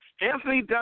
Anthony